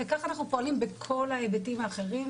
וכך אנחנו פועלים בכל ההיבטים האחרים.